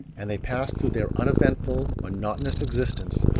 and they pass through their uneventful, monotonous existence,